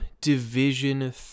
Division